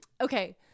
okay